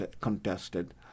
contested